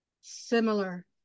similar